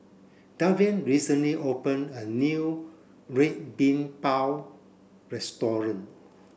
Davian recently open a new Red Bean Bao restaurant